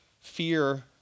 fear